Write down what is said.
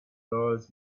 doors